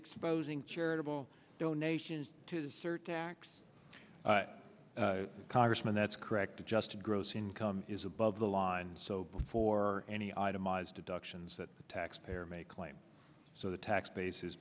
exposing charitable donations to the surtax congressman that's correct adjusted gross income is above the line so before any itemized deductions that the tax payer may claim so the tax base